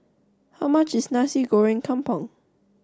how much is Nasi Goreng Kampung